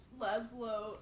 laszlo